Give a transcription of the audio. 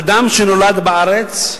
אדם שנולד בארץ,